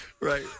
Right